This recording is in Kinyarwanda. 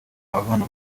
ababana